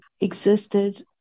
existed